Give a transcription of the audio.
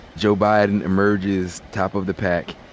joe biden emerges top of the pack.